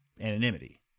anonymity